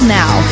now